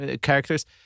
characters